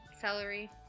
celery